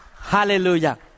Hallelujah